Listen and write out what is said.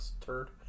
turd